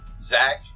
Zach